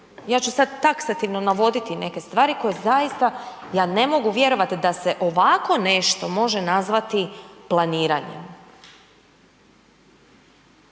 ja ću sad taksativno navoditi neke stvari koje zaista ja ne mogu vjerovat da se ovako nešto može nazvati planiranjem.